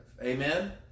Amen